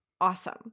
awesome